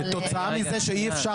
כתוצאה מזה --- כתוצאה מזה שאי אפשר